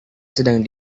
sedang